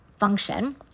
function